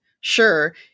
Sure